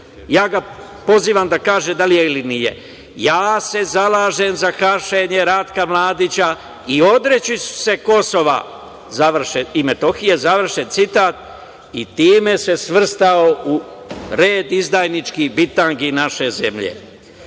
ja ga pozivam da kaže da li je ili nije – ja se zalažem za hapšenje Ratka Mladića i odreći ću se Kosova i Metohije i time se svrstao u red izdajničkih bitangi naše